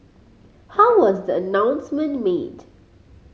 how was the announcement made